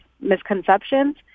misconceptions